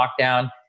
lockdown